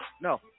No